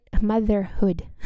motherhood